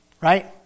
Right